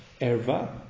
Erva